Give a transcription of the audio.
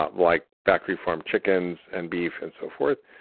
ah like factory farmed chickens, and beef, and so forth.